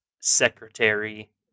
secretary